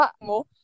more